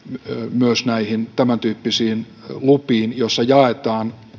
myös näihin tämän tyyppisiin lupiin joissa jaetaan